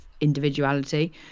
individuality